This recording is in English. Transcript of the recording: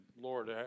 Lord